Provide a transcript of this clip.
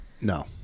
No